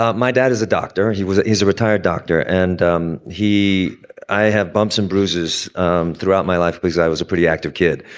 ah my dad is a doctor. he is a retired doctor. and um he i have bumps and bruises um throughout my life because i was a pretty active. kid,